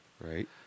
Right